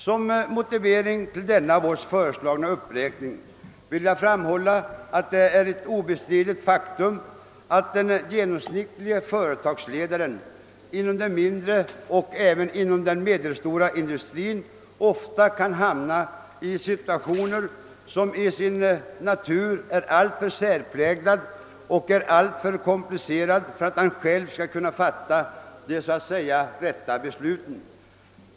Som motivering till detta vårt förslag vill jag framhålla att det är ett obestridligt faktum att den genomsnittlige företagsledaren inom den mindre och även inom den medelstora industrin ofta kan hamna i situationer som till sin natur är alltför särpräglade och alltför komplicerade för att han själv skall kunna fatta de rätta besluten.